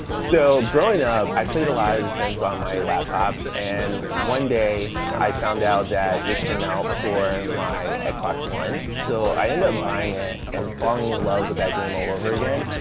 so growing up, up, i played a lot of the sims on my laptop, and one day i found out that it came out for my x-box one. so i ended up buying it and falling in love with that game all over again.